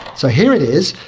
so here it is,